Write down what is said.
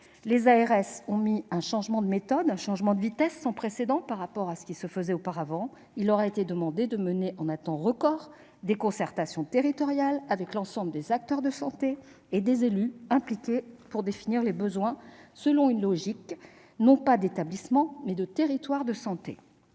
caractérisée par un changement de méthode et de vitesse sans précédent par rapport à ce qui se faisait auparavant. Il a ainsi été demandé aux ARS de mener en un temps record des concertations territoriales avec l'ensemble des acteurs de santé et des élus impliqués, pour définir les besoins selon une logique non pas d'établissements, mais de territoires de santé.